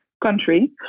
country